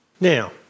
Now